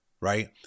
Right